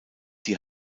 die